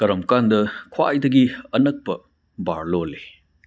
ꯀꯔꯝ ꯀꯥꯟꯗ ꯈ꯭ꯋꯥꯏꯗꯒꯤ ꯑꯅꯛꯄ ꯕꯥꯔ ꯂꯣꯜꯂꯤ